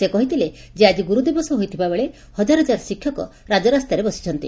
ସେ କହିଥିଲେ ଯେ ଆକି ଗୁରୁ ଦିବସ ହୋଇଥିବାବେଳେ ହଜାର ହଜାର ଶିକ୍ଷକ ରାଜରାସ୍ତାରେ ବସିଛନ୍ତି